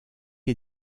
est